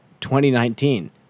2019